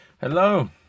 Hello